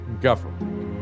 government